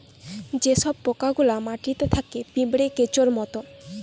যে সব পোকা গুলা মাটিতে থাকে পিঁপড়ে, কেঁচোর মত